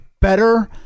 better